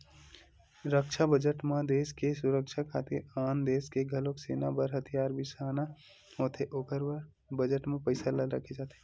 रक्छा बजट म देस के सुरक्छा खातिर आन देस ले घलोक सेना बर हथियार बिसाना होथे ओखर बर बजट म पइसा ल रखे जाथे